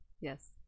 yes